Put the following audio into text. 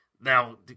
Now